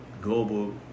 global